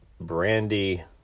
Brandy